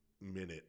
minute